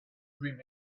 dream